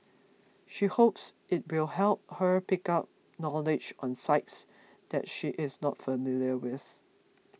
she hopes it will help her pick up knowledge on sites that she is not familiar with